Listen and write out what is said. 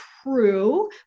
true